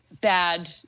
bad